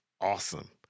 awesome